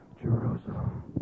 Jerusalem